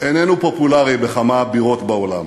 איננו פופולרי בכמה בירות בעולם,